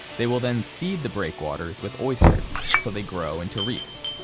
they will then seed the breakwaters with oysters, so they grow into reefs.